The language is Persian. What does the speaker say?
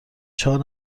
چهار